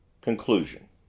Conclusion